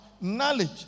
Knowledge